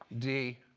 d,